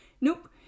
nope